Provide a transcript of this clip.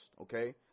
okay